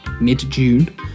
mid-June